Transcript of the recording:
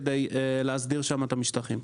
כדי להסדיר שם את המשטחים.